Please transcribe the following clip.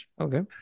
Okay